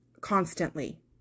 constantly